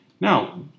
Now